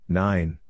nine